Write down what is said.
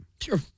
Sure